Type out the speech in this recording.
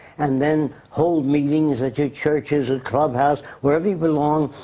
and then hold meetings at yeah churches, at club houses, wherever you belong.